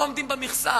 לא עומדים במכסה.